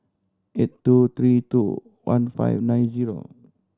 eight two three two one five nine zero